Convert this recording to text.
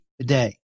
today